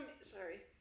Sorry